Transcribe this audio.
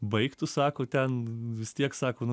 baik tu sako ten vis tiek sako nu